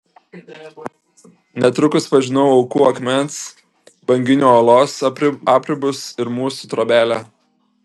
netrukus pažinau aukų akmens banginio uolos apribus ir mūsų trobelę